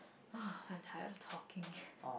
I'm tired of talking